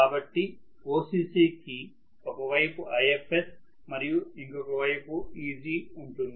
కాబట్టి OCC కి ఒక వైవు Ifs మరియు ఇంకొక వైవు Eg ఉంటుంది